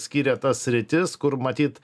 skiria tas sritis kur matyt